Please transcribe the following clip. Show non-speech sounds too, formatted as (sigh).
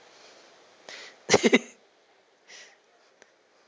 (laughs)